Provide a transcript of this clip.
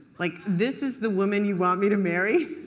like this is the woman you want me to marry?